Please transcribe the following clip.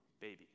baby